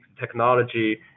technology